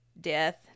death